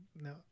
No